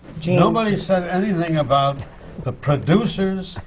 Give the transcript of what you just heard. gene nobody said anything about the producers,